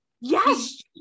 Yes